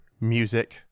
music